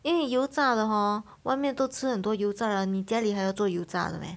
因为油炸的 hor 外面都吃很多油炸了你家里还要做油炸的 meh